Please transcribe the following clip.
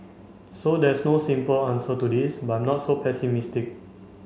so there's no simple answer to this but I'm not so pessimistic